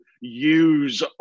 use